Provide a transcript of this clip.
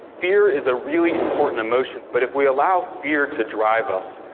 fear is a really important emotion, but if we allow fear to drive us,